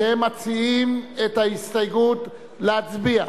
שהם מציעים את ההסתייגות, להצביע.